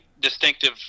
distinctive